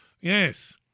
Yes